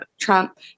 Trump